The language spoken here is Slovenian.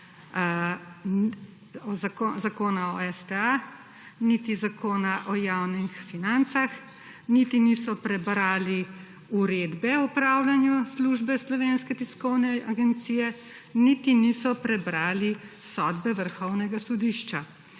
Zakona o STA niti Zakona o javnih financah niti niso prebrali Uredbe o upravljanju službe Slovenske tiskovne agencije niti niso prebrali sodbe Vrhovnega sodišča.